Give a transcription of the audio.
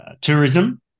tourism